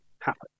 happen